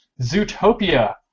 Zootopia